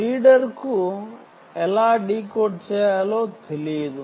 reader కు ఎలా decode చేయాలో తెలియదు